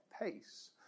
pace